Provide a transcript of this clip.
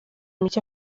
mike